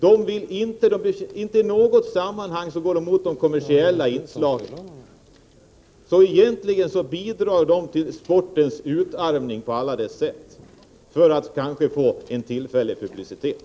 De går inte i något sammanhang emot de kommersiella inslagen. Egentligen bidrar de på alla de sätt till sportens utarmning — för att kanske få tillfällig publicitet.